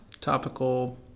Topical